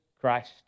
Christ